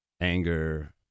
anger